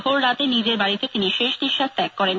ভোর রাতে নিজের বাড়িতে তিনি শেষ নিঃশ্বাস ত্যাগ করেন